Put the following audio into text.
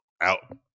out